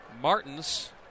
Martins